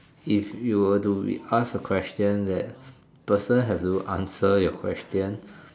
if you were to be asked a question that person have to answer your question